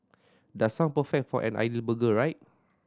does sound perfect for an ideal burger right